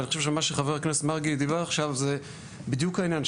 אני חושב שמה שחה"כ מרגי דיבר עכשיו זה בדיוק העניין,